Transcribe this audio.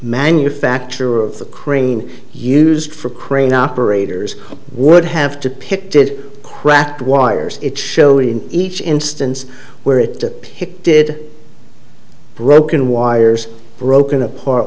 manufacturer of the crane used for crane operators would have to pick did cracked wires it showed in each instance where it depicted broken wires broken apart